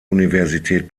universität